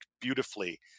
beautifully